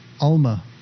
alma